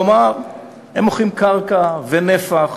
כלומר הם מוכרים קרקע ונפח